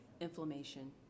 inflammation